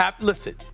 Listen